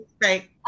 Great